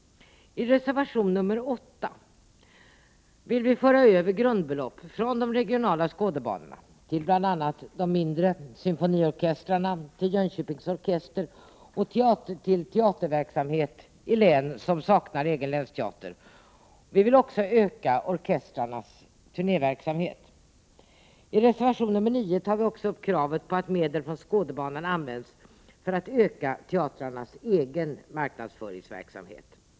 I reservation 8 skriver vi att vi vill föra över grundbelopp från de regionala skådebanorna till bl.a. de mindre symfoniorkestrarna, till Jönköpings orkester och till teaterverksamhet i län som saknar egen länsteater. Vi vill också öka orkestrarnas turnéverksamhet. I reservation 9 tar vi också upp kravet på att medel från Skådebanan används för att öka teatrarnas egen marknadsföringsverksamhet.